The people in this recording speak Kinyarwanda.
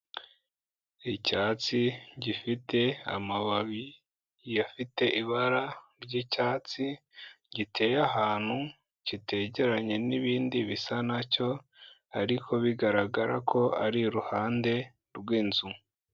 Icyatsi gifite amababi afite ibara ry'icyatsi, giteye ahantu, kitegeranye n'ibindi bisa na cyo ariko bigaragara ko ari iruhande rw'inzu.